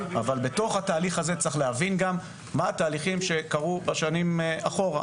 בתוך התהליך הזה צריך להבין מה התהליכים שקרו בשנים אחורה.